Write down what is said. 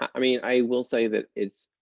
i mean, i will say that it's